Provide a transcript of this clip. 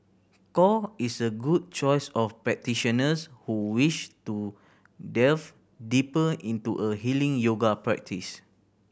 core is a good choice of practitioners who wish to delve deeper into a healing yoga practise